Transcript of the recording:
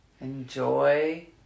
Enjoy